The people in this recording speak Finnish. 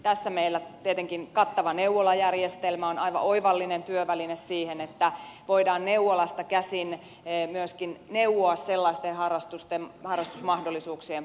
tässä meillä tietenkin kattava neuvolajärjestelmä on aivan oivallinen työväline siihen että voidaan myöskin neuvolasta käsin neuvoa sellaisten harrastusmahdollisuuksien pariin